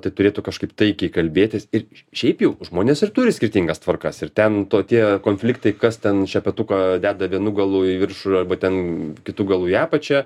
tai turėtų kažkaip taikiai kalbėtis ir šiaip jau žmonės ir turi skirtingas tvarkas ir ten to tie konfliktai kas ten šepetuką deda vienu galu į viršų arba ten kitu galu į apačią